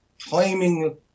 claiming